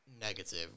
negative